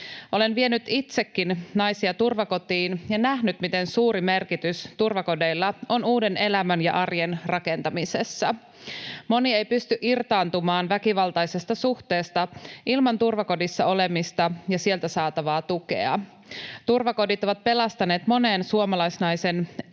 Olen vienyt itsekin naisia turvakotiin ja nähnyt, miten suuri merkitys turvakodeilla on uuden elämän ja arjen rakentamisessa. Moni ei pysty irtaantumaan väkivaltaisesta suhteesta ilman turvakodissa olemista ja sieltä saatavaa tukea. Turvakodit ovat pelastaneet monen suomalaisnaisen ja ‑lapsen